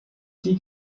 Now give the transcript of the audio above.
die